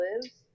Lives